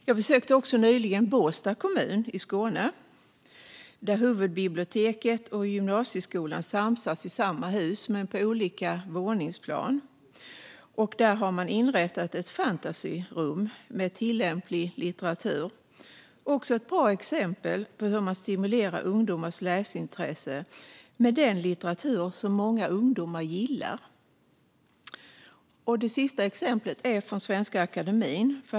Jag besökte också nyligen Båstad kommun i Skåne, där huvudbiblioteket och gymnasieskolan samsas i samma hus men finns på olika våningsplan. Där har man inrättat ett fantasyrum med lämplig litteratur - också ett bra exempel på hur man kan stimulera ungdomars läsintresse med litteratur som många ungdomar gillar. Det sista exemplet kommer från Svenska Akademien.